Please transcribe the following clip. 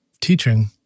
teaching